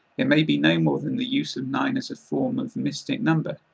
it may be no more than the use of nine as a form of mystic number.